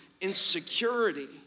insecurity